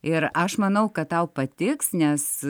ir aš manau kad tau patiks nes